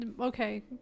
Okay